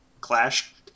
Clash